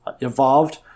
evolved